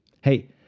hey